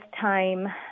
time